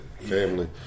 family